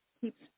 keeps